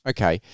Okay